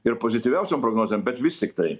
ir pozityviausiom prognozėm bet vis tiktai